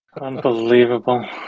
unbelievable